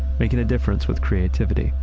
making a difference with creativity.